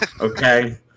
okay